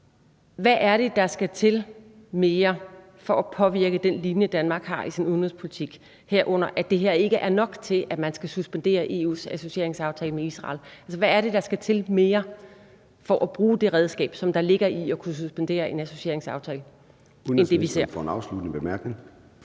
mere er det, der skal til for at påvirke den linje, Danmark har i sin udenrigspolitik, herunder at det her ikke er nok til, at man skal suspendere EU's associeringsaftale med Israel? Hvad mere er det, der skal til for at bruge det redskab, som der ligger i at kunne suspendere en associeringsaftale, end det, vi ser? Kl.